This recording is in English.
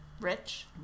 Rich